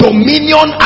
Dominion